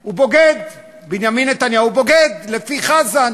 הוא בוגד, בנימין נתניהו בוגד, לפי חזן.